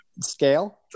scale